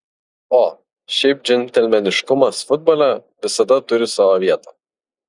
o šiaip džentelmeniškumas futbole visada turi savo vietą